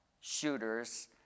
shooters